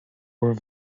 were